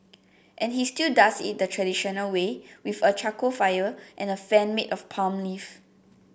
and he still does it the traditional way with a charcoal fire and a fan made of palm leaf